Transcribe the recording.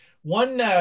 One